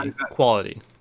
quality